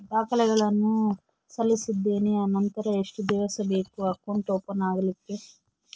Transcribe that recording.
ದಾಖಲೆಗಳನ್ನು ಸಲ್ಲಿಸಿದ್ದೇನೆ ನಂತರ ಎಷ್ಟು ದಿವಸ ಬೇಕು ಅಕೌಂಟ್ ಓಪನ್ ಆಗಲಿಕ್ಕೆ?